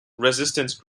resistance